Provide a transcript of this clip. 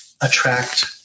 attract